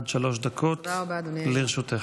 עד שלוש דקות לרשותך.